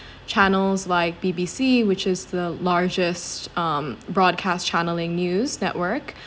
channels like B_B_C which is the largest um broadcast channelling news network